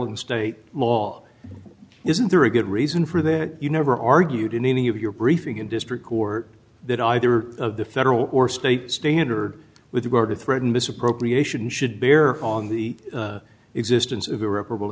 and state law isn't there a good reason for that you never argued in any of your briefing in district court that either the federal or state standard with regard to threaten misappropriation should bear on the existence of irreparable